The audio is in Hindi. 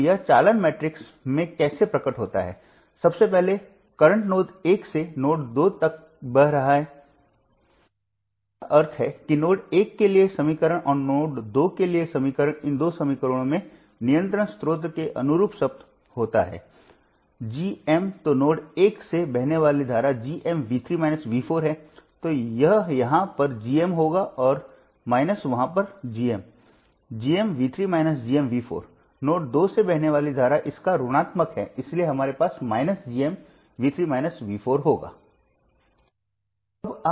और इस मामले में एक सुपर नोड बनाएं और हमारे पास वोल्टेज स्रोत के लिए समीकरण है और अंत में G मैट्रिक्स जहां यह G है यह अज्ञात वेक्टर V है यह स्रोत वेक्टर I के बराबर है